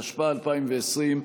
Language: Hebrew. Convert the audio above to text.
התשפ"א 2020,